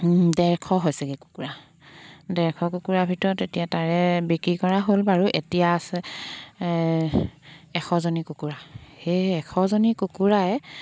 ডেৰশ হৈছেগৈৈ কুকুৰা ডেৰশ কুকুৰাৰ ভিতৰত এতিয়া তাৰে বিক্ৰী কৰা হ'ল বাৰু এতিয়া আছে এশজনী কুকুৰা সেই এশজনী কুকুৰাই